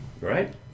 Right